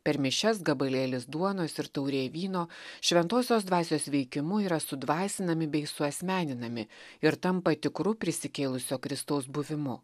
per mišias gabalėlis duonos ir taurė vyno šventosios dvasios veikimu yra sudvasinami bei suasmeninami ir tampa tikru prisikėlusio kristaus buvimu